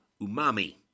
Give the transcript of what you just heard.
umami